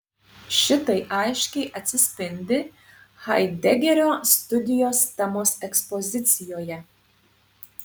šitai aiškiai atsispindi haidegerio studijos temos ekspozicijoje